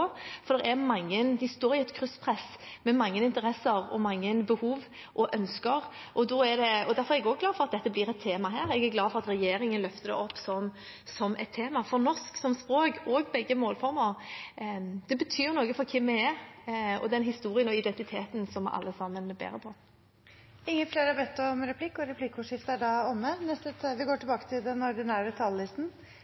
de står i et krysspress med mange interesser og mange behov og ønsker. Jeg er glad for at dette er blitt et tema, og jeg er glad for at regjeringen løfter det opp som et tema, for norsk som språk – begge målformene – betyr noe for hvem vi er, og den historien og identiteten som vi alle sammen bærer på. Replikkordskiftet er omme. De talere som heretter får ordet, har også en taletid på inntil 3 minutter. Dette er